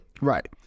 Right